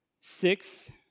Six